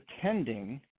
pretending